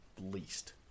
least